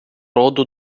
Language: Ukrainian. роду